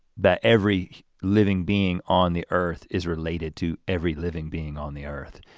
that every living being on the earth is related to every living being on the earth.